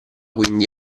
quindi